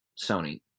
sony